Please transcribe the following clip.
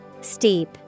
Steep